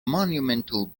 monumental